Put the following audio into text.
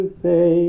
say